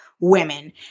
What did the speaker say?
women